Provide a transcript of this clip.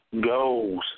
goals